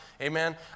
amen